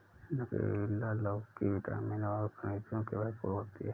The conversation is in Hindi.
नुकीला लौकी विटामिन और खनिजों से भरपूर होती है